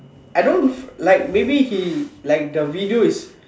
I don't like maybe he like the video is